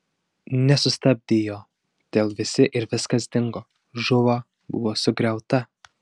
nesustabdei jo todėl visi ir viskas dingo žuvo buvo sugriauta